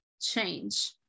change